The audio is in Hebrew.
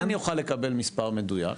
מתי אני אוכל לקבל מספר מדויק?